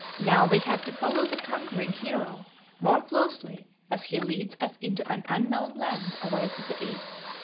now we have to follow the conquering hero more closely as he leads us into an unknown land away to the east,